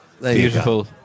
Beautiful